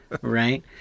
Right